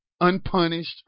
unpunished